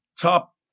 top